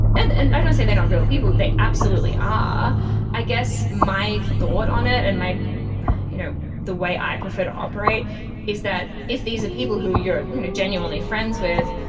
and and i don't say they're not real people. they absolutely are i guess my thought on it and my you know the way i prefer to operate is that is these are people who you're you know genuinely friends with.